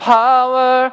power